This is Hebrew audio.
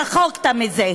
רחקת מזה.